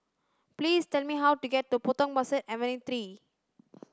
please tell me how to get to Potong Pasir Avenue three